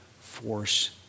force